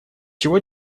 чего